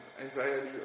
anxiety